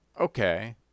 Okay